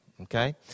Okay